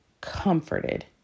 comforted